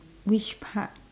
which part